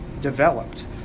developed